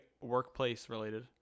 workplace-related